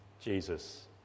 Jesus